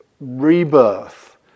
rebirth